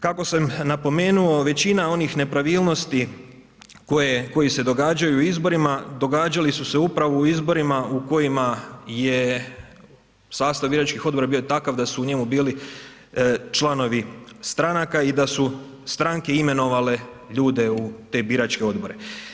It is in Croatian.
Kako sam napomenuo većina onih nepravilnosti koje, koji se događaju u izborima, događali su se upravo u izborima u kojima je sastav biračkih odbora bio takav da su u njemu bili članovi stranaka i da su stranke imenovale ljude u te biračke odbore.